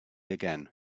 again